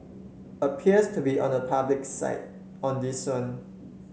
appears to be on the public's side on this one